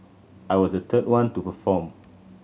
I was a third one to perform